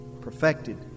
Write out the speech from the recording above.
perfected